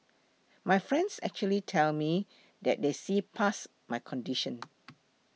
my friends actually tell me that they see past my condition